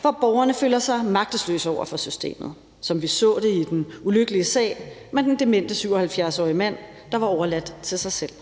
hvor borgerne føler sig magtesløse over for systemet, som vi så det i den ulykkelige sag med den demente 77-årige mand, der var overladt til sig selv.